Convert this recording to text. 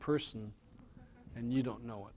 person and you don't know